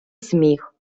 сміх